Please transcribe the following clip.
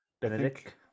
Benedict